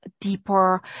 deeper